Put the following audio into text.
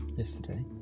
yesterday